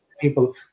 people